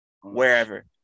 wherever